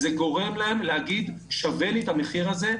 וזה גורם להם להגיד: שווה לי את המחיר הזה,